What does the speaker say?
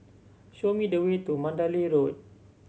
show me the way to Mandalay Road